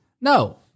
No